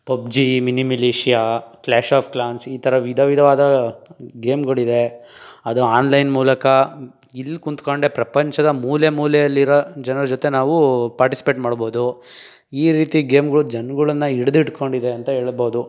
PUBG mini militia clash of clans ಈ ಥರ ವಿಧ ವಿಧವಾದ ಗೇಮ್ಗಳಿದೆ ಅದು ಆನ್ಲೈನ್ ಮೂಲಕ ಇಲ್ಲಿ ಕುತ್ಕಂಡೇ ಪ್ರಪಂಚದ ಮೂಲೆ ಮೂಲೆಯಲ್ಲಿರೋ ಜನ್ರ ಜೊತೆ ನಾವು ಪಾರ್ಟಿಸಿಪೇಟ್ ಮಾಡ್ಬೋದು ಈ ರೀತಿ ಗೇಮ್ಗಳು ಜನ್ಗಳನ್ನು ಹಿಡ್ದಿಟ್ಕೊಂಡಿದೆ ಅಂತ ಹೇಳ್ಬೋದು